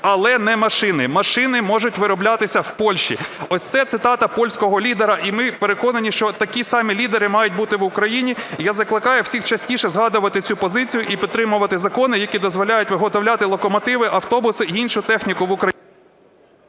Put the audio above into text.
але не машини. Машини можуть вироблятися в Польщі". Ось це цитата польського лідера. І ми переконані, що такі самі лідери мають бути в Україні. І я закликаю всіх частіше згадувати цю позицію і підтримувати закони, які дозволяють виготовляти локомотиви, автобуси і іншу техніку в Україні.